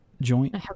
joint